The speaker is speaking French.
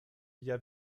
via